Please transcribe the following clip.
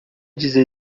dizer